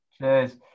cheers